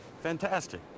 Fantastic